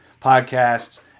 podcasts